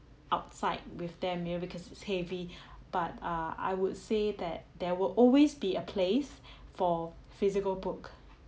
outside with them you know because it's heavy but uh I would say that there will always be a place for physical book